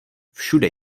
všude